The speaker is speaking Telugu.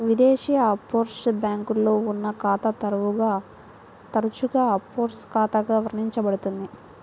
విదేశీ ఆఫ్షోర్ బ్యాంక్లో ఉన్న ఖాతా తరచుగా ఆఫ్షోర్ ఖాతాగా వర్ణించబడుతుంది